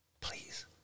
Please